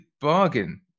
bargain